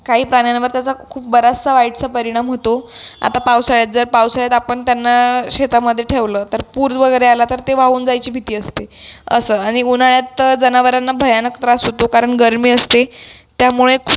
काही प्राण्यांला त्याचा खूप बराचसा वाईटसा परिणाम होतो आता पावसाळ्यात जर पावसाळ्यात आपण त्यांना शेतामधे ठेवलं तर पूर वगैरे आला तर ते वाहून जायची भीती असते असं आणि उन्हाळ्यात तर जनावरांना भयानक त्रास होतो कारण गरमी असते त्यामुळे खूप